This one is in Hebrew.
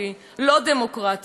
המילה האחרונה לא נאמרה,